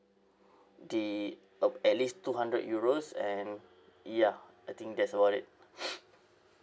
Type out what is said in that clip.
the uh at least two hundred euros and ya I think that's about it